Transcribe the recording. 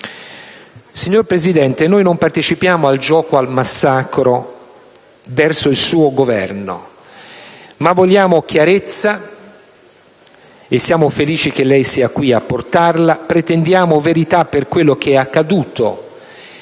Signor Presidente, non partecipiamo al gioco al massacro verso il suo Governo, ma vogliamo chiarezza e siamo felici che lei sia qui a portarla; pretendiamo verità per quello che è accaduto